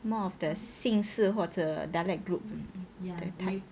more of the 姓氏或者 dialect group that type